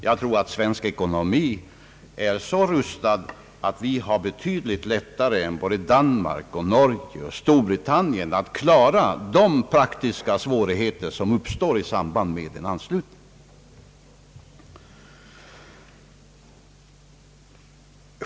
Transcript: Jag tror att svensk ekonomi är så rustad att vi har betydligt lättare än både Danmark, Norge och Storbritannien att klara de praktiska svårigheter som uppstår i samband med en anslutning.